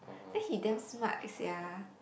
then he damn smart sia